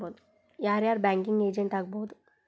ಯಾರ್ ಯಾರ್ banking agent ಆಗ್ಬಹುದು?